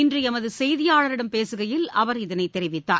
இன்றுஎமதுசெய்தியாளரிடம் பேசுகையில் அவர் இதனைத் தெரிவித்தார்